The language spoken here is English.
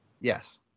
Yes